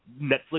Netflix